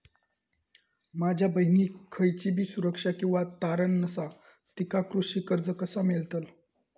माझ्या बहिणीक खयचीबी सुरक्षा किंवा तारण नसा तिका कृषी कर्ज कसा मेळतल?